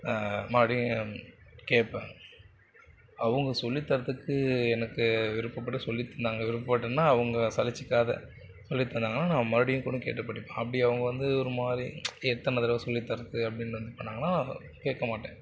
மறுபடியும் கேட்பேன் அவங்க சொல்லித்தரத்துக்கு எனக்கு விருப்பப்பட்டு சொல்லித்தந்தாங்க விருப்பப்பட்டுனால் அவங்க சலித்துக்காத சொல்லித்தந்தாங்கன்னால் நான் மறுபடியும் கூட கேட்டு படிப்பேன் அப்படி அவங்க வந்து ஒரு மாதிரி எத்தனை தடவை சொல்லித்தரது அப்படின்னு வந்து பண்ணாங்கன்னால் கேட்கமாட்டேன்